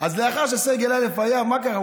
לאחר שסגל א' היה, מה קרה?